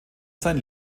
sein